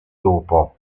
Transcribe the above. dopo